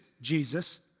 Jesus